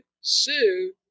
sue